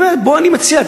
אני מציע,